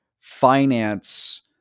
finance